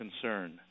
concern